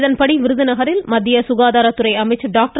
இதன்படி விருதுநகரில் மத்திய சுகாதாரத்துறை அமைச்சர் டாக்டர்